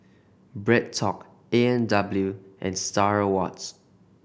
BreadTalk A and W and Star Awards